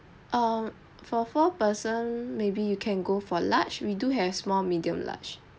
err for four person maybe you can go for large we do have small medium large